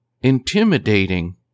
intimidating